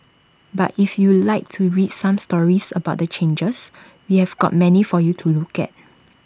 but if you'd like to read some stories about the changes we have got many for you to look at